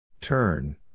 Turn